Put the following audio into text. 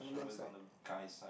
shovel is on the guy's side